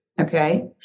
Okay